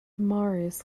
marius